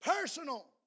Personal